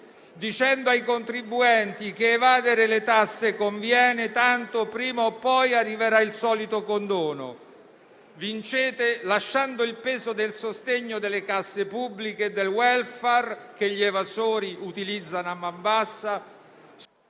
dicendo ai contribuenti che evadere le tasse conviene, tanto prima o poi arriverà il solito condono. Vincete lasciando il peso del sostegno delle casse pubbliche e del *welfare*, che gli evasori utilizzano a man bassa...